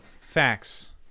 facts